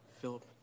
Philip